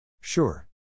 Sure